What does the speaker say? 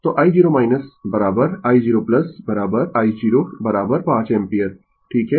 तो i0 i0 i0 5 ampere ठीक है